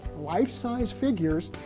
life-size figures,